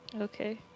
Okay